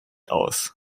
aus